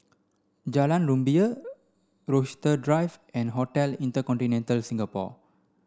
Jalan Rumbia Rochester Drive and Hotel InterContinental Singapore